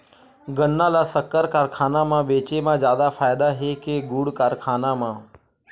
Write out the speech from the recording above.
गन्ना ल शक्कर कारखाना म बेचे म जादा फ़ायदा हे के गुण कारखाना म?